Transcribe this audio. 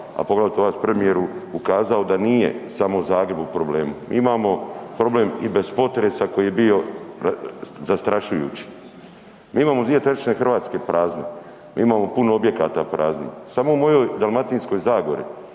a poglavito vas premijeru ukazao da nije samo Zagreb u problemu. Imamo problem i bez potresa koji je bio zastrašujući. Mi imamo dvije trećine Hrvatske prazne, mi imamo puno objekata praznih. Samo u mojoj Dalmatinskoj zagori